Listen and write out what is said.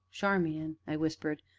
charmian, i whispered,